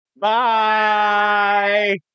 Bye